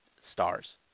Stars